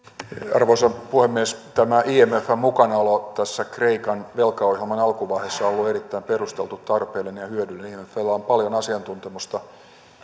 arvoisa puhemies tämä imfn mukanaolo tässä kreikan velkaohjelman alkuvaiheessa on ollut erittäin perusteltu tarpeellinen ja hyödyllinen imfllä on paljon asiantuntemusta